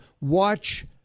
watch